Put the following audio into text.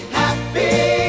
happy